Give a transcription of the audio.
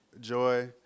joy